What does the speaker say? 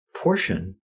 portion